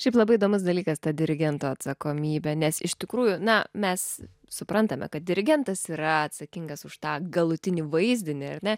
šiaip labai įdomus dalykas ta dirigento atsakomybė nes iš tikrųjų na mes suprantame kad dirigentas yra atsakingas už tą galutinį vaizdinį ar ne